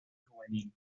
juvenil